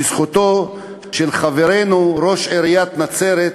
בזכותו של חברנו ראש עיריית נצרת,